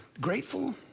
grateful